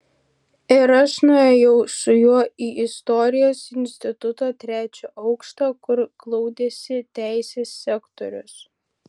ir aš nuėjau su juo į istorijos instituto trečią aukštą kur glaudėsi teisės sektorius